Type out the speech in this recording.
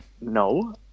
no